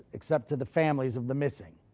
except to the families of the missing.